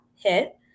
hit